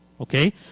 Okay